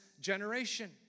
generation